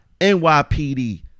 NYPD